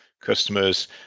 customers